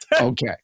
Okay